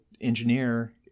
engineer